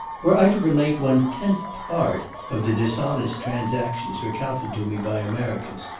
were i to relate one-tenth part of the dishonest transactions recounted to me by americans,